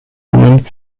woman